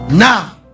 Now